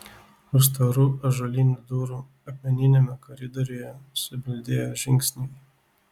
už storų ąžuolinių durų akmeniniame koridoriuje subildėjo žingsniai